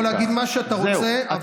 אתה יכול להגיד מה שאתה רוצה, אבל זאת האמת.